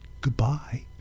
Goodbye